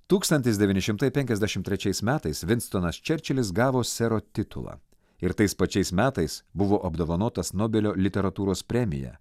tūkstantis devyni šimtai penkiasdešimt trečiais metais vinstonas čerčilis gavo sero titulą ir tais pačiais metais buvo apdovanotas nobelio literatūros premija